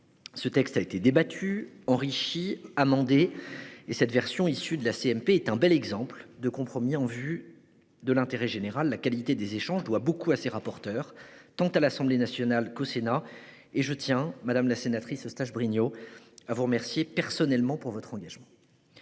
Le texte a été débattu, enrichi, amendé, et cette version issue de la commission mixte paritaire est un bel exemple de compromis en vue de l'intérêt général. La qualité des échanges doit beaucoup aux rapporteurs, tant à l'Assemblée nationale qu'au Sénat, et je tiens, madame la sénatrice Eustache-Brinio, à vous remercier personnellement de votre engagement.